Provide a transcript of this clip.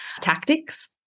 tactics